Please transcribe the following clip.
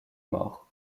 mort